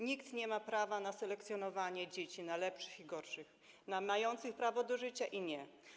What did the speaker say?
Nikt nie ma prawa do selekcjonowania dzieci na lepsze i gorsze, na mające prawo do życia i nie.